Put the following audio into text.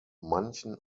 manchen